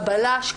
הבלש.